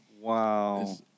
Wow